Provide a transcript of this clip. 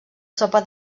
sopa